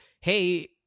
hey